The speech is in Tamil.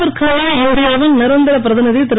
விற்கான இந்தியாவின் நிரந்தர பிரதிநிதி திரு